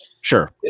sure